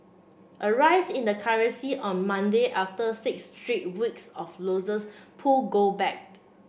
a rise in the currency on Monday after six straight weeks of losses pulled gold back